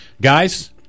guys